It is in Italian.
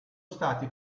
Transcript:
stati